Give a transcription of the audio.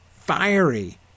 fiery